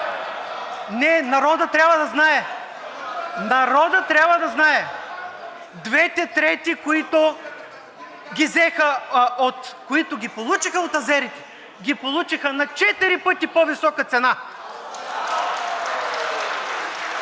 от „Продължаваме Промяната“.) Народът трябва да знае! Двете трети, които ги получиха от азерите, ги получиха на четири пъти по-висока цена.